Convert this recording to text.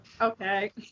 okay